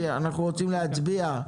אנחנו רוצים להצביע.